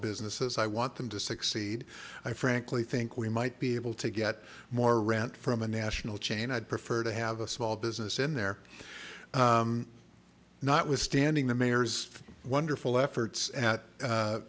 businesses i want them to succeed i frankly think we might be able to get more rent from a national chain i'd prefer to have a small business in there not withstanding the mayor's wonderful efforts at